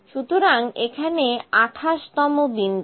সুতরাং এখানে 28 তম বিন্দু